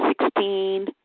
sixteen